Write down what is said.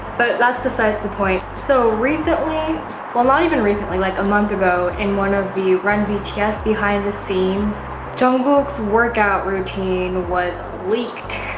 but that's beside the point. so, recently well, not even recently like a month ago in one of the run vts behind the scenes jungkook's workout routine was leaked.